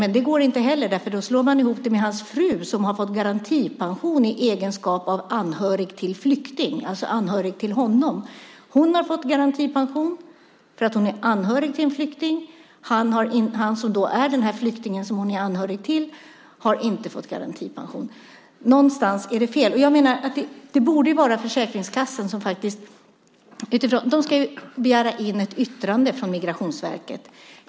Men det går inte heller, därför att då slår man ihop hans inkomst med hans frus, och hon har fått garantipension i egenskap av anhörig till flykting, alltså anhörig till honom. Hon har fått garantipension för att hon är anhörig till en flykting. Han, som då är den flykting som hon är anhörig till, har inte fått garantipension. Någonstans är det fel. Jag menar att det här borde ligga hos Försäkringskassan. De ska ju begära in ett yttrande från Migrationsverket.